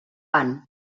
van